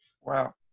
Wow